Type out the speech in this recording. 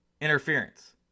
interference